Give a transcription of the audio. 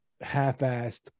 half-assed